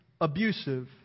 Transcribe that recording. abusive